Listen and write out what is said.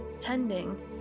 tending